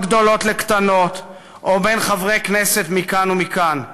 גדולות לקטנות או בין חברי כנסת מכאן ומכאן,